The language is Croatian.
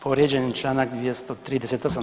Povrijeđen je Članak 238.